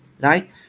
Right